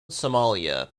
somalia